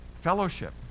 Fellowship